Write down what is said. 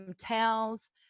towels